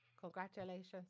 Congratulations